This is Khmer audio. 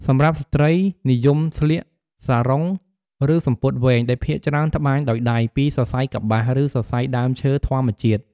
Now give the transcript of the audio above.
សម្រាប់ស្ត្រី:និយមស្លៀក សារុង ឬ សំពត់វែង ដែលភាគច្រើន ត្បាញដោយដៃ ពីសរសៃកប្បាស ឬសរសៃដើមឈើធម្មជាតិ។